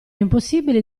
impossibili